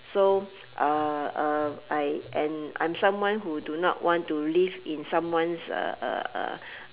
so uh uh I am I'm someone who do not want to live in someone's uh uh uh